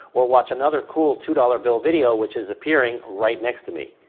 or watch another cool two dollars bill video which is appearing right next to me.